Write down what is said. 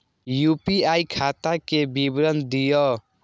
UPI खाता के विवरण दिअ?